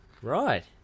Right